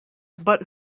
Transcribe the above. but